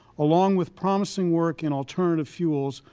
along with promising work in alternative fuels,